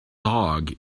dog